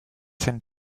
scènes